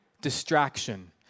distraction